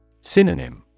Synonym